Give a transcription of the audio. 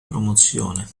promozione